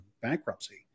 bankruptcy